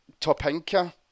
Topinka